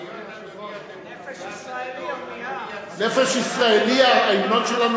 אדוני היושב-ראש דמוקרט גדול,